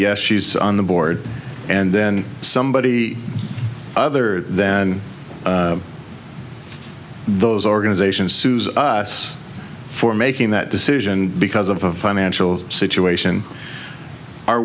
yes she's on the board and then somebody other than those organizations sues us for making that decision because of a financial situation are